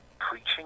preaching